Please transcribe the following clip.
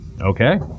Okay